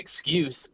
excuse